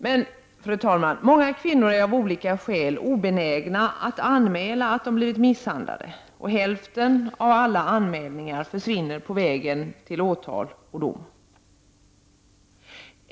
Men många kvinnor är, av olika skäl, obenägna att anmäla att de har blivit misshandlade. Hälften av alla anmälningar försvinner dessutom på vägen i väntan på åtal och dom.